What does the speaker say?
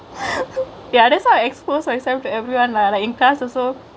ya that's why I expose myself to everyone lah like in class also